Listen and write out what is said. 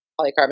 polycarbonate